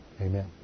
Amen